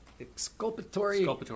exculpatory